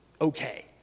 okay